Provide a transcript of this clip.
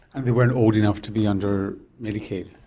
and they weren't old enough to be under medicaid.